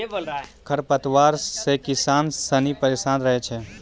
खरपतवार से किसान सनी परेशान रहै छै